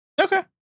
Okay